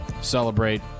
celebrate